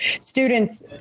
students